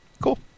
Cool